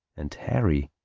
and hairy,